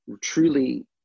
truly